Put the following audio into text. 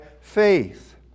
faith